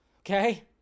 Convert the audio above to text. okay